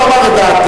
הוא לא אמר את דעתךְ.